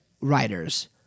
writers